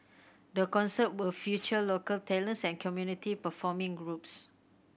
the concerts will future local talents and community performing groups